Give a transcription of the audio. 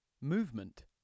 Movement